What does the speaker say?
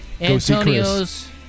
Antonio's